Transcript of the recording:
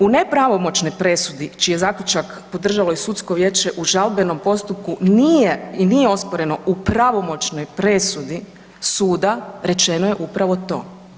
U nepravomoćnoj presudi čiji je zaključak podržalo i sudsko vijeće u žalbenom postupku, nije i nije osporeno u pravomoćnoj presudi suda, rečeno je upravo to.